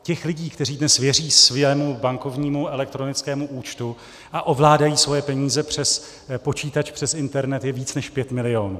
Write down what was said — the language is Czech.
Těch lidí, kteří dnes věří svému bankovnímu elektronickému účtu a ovládají svoje peníze přes počítač přes internet, je více než 5 milionů.